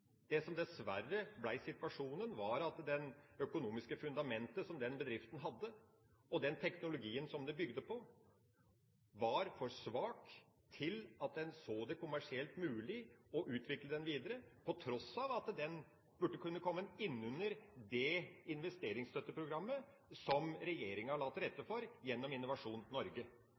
Det som dessverre ble situasjonen, var at det økonomiske fundamentet som denne bedriften hadde, og den teknologien som den bygde på, til sammen var for svake til at en så det kommersielt mulig å utvikle bedriften videre, til tross for at den burde ha kommet inn under det investeringsstøtteprogrammet som regjeringa la til rette for gjennom Innovasjon Norge.